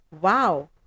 Wow